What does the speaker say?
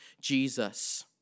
Jesus